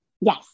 Yes